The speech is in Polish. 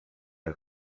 jak